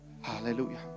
hallelujah